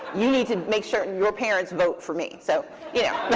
you need to make certain your parents vote for me, so yeah